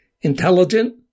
Intelligent